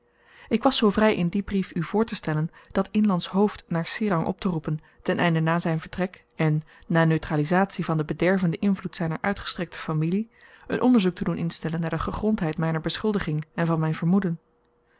ik was zoo vry in dien brief u voortestellen dat inlandsch hoofd naar serang opteroepen ten einde na zyn vertrek en na neutralisatie van den bedervenden invloed zyner uitgestrekte familie een onderzoek te doen instellen naar de gegrondheid myner beschuldiging en van myn vermoeden